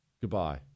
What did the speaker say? goodbye